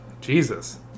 Jesus